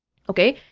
okay,